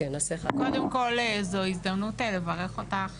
קודם כל, זו ההזדמנות לברך אותך